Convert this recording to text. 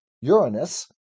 Uranus